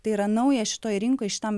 tai yra nauja šitoj rinkoj šitam